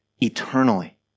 eternally